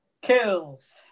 Kills